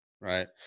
right